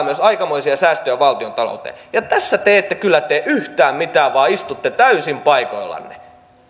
myös aikamoisia säästöjä valtiontalou teen ja tässä te ette kyllä tee yhtään mitään vaan istutte täysin paikoillanne